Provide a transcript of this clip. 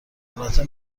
البته